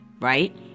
Right